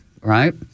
right